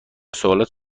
سوالات